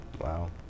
Wow